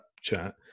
chat